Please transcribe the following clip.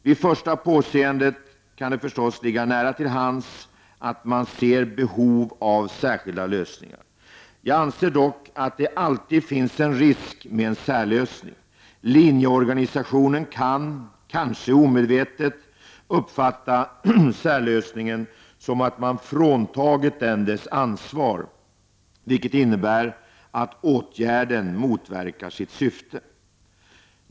Vid första påseende kan det förstås ligga nära till hands att man ser behov av särskilda lösningar. Jag anser dock att det alltid finns en risk med en särlösning. Linjeorganisationen kan, kanske omedvetet, uppfatta särlösningen som att man fråntagit den dess ansvar, vilket innebär att åtgärdern motverkar sitt syfte.